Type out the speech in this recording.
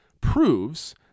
proves